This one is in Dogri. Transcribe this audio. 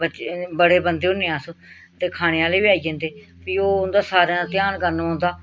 बच्चें बड़े बंदे होन्ने अस ते खाने आह्ले बी आई जंदे फ्ही ओह् उं'दा सारें दा ध्यान करना पौंदा